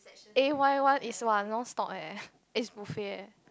A Y one is !wah! no stock eh is buffet eh